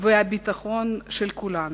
ועל הביטחון של כולנו.